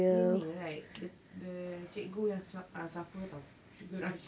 meaning right the the cikgu yang suffer [tau] sugar rush